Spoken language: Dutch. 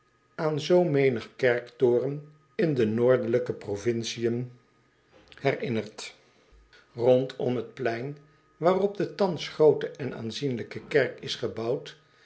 aan zoo menig kerktoren in de noordelijke provinciën er rondom het plein waarop de thans groote en aanzienlijke kerk is gebouwd